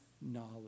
knowledge